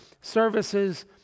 services